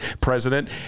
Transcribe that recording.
president